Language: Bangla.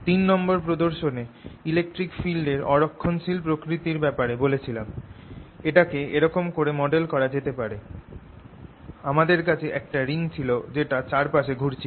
তিন নম্বর প্রদর্শনে ইলেকট্রিক ফিল্ড এর অ রক্ষণশীল প্রকৃতির ব্যাপারে বলেছিলাম এটাকে এরকম করে মডেল করা যেতে পারে - আমাদের কাছে একটা রিং ছিল যেটা চারপাশে ঘুরছিল